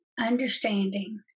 understanding